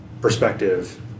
perspective